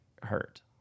hurt